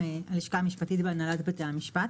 מהלשכה המשפטית בהנהלת בתי המשפט.